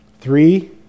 Three